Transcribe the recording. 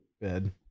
Bed